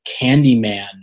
Candyman